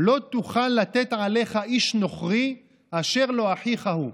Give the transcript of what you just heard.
לא תוכל לתת עליך איש נוכרי אשר לא אחיך הוא".